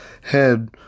head